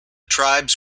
tribes